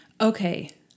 Okay